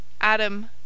Adam